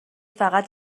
فقط